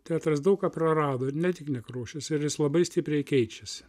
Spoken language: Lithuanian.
teatras daug ką prarado ne tik nekrošius ir jis labai stipriai keičiasi